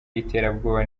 y’iterabwoba